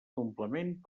complement